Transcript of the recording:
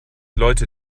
leute